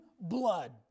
blood